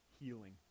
healing